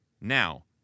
Now